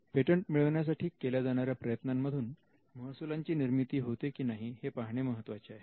patent मिळवण्यासाठी केल्या जाणाऱ्या प्रयत्नांमधून महसुलाची निर्मिती होते की नाही हे पाहणे महत्त्वाचे आहे